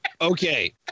Okay